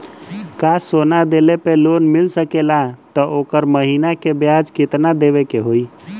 का सोना देले पे लोन मिल सकेला त ओकर महीना के ब्याज कितनादेवे के होई?